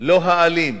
הלא-אלים